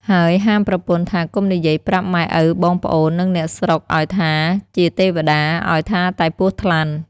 ហើយហាមប្រពន្ធថាកុំនិយាយប្រាប់ម៉ែឪបងប្អូន និងអ្នកស្រុកឱ្យថាជាទេវតា ឱ្យថាតែ ពស់ថ្លាន់។